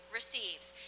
receives